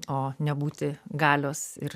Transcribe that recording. o ne būti galios ir